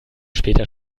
später